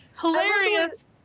hilarious